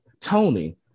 Tony